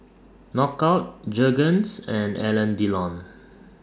Knockout Jergens and Alain Delon